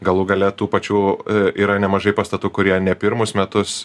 galų gale tų pačių yra nemažai pastatų kurie ne pirmus metus